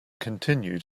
continued